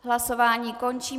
Hlasování končím.